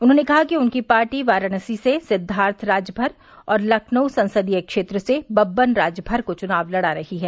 उन्होंने कहा कि उनकी पार्टी वाराणसी से सिद्वार्थ राजभर और लखनऊ संसदीय क्षेत्र से बब्बन राजभर को चुनाव लड़ा रही है